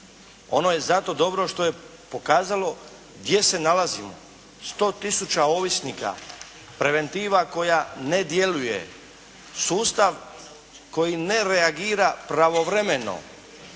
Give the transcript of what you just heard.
Ono je zato dobro što je pokazalo gdje se nalazimo. 100 tisuća ovisnika, preventiva koja ne djeluje, sustav koji ne reagira pravovremeno,